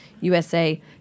usa